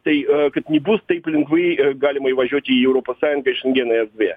tai kad nebus taip lengvai galima įvažiuoti į europos sąjungą šengeno erdvė